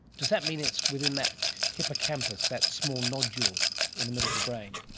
does that mean it's within that hippocampus, that small nodule in the middle of the brain?